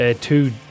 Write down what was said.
two